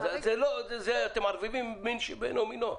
אז אתם מערבבים מין בשאינו מינו.